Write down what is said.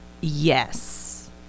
Yes